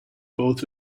both